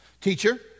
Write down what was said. Teacher